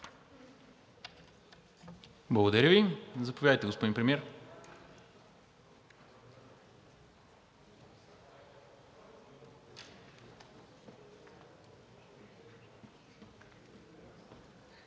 Благодаря Ви. Заповядайте, господин Премиер.